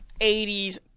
80s